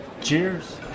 Cheers